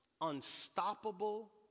unstoppable